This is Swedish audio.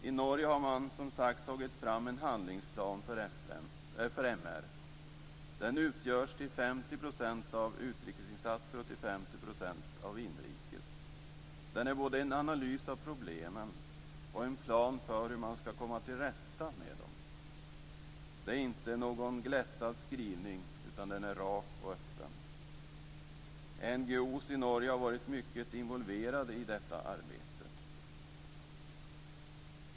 I Norge har man, som sagts, tagit fram en handlingsplan för MR. Den utgörs till 50 % av utrikesinsatser och till 50 % av inrikesinsatser. Den är både en analys av problemen och en plan för hur man ska komma till rätta med dem. Det är inte någon glättad skrivning, utan den är rak och öppen. NGO:er i Norge har varit mycket involverade i detta arbete.